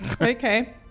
Okay